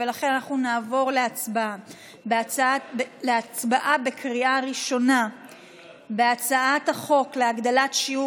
לכן אנחנו נעבור להצבעה בקריאה ראשונה על הצעת חוק להגדלת שיעור